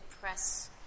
press